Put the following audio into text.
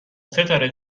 ستاره